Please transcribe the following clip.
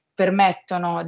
permettono